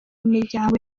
miryango